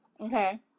Okay